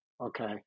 Okay